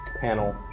panel